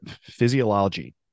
physiology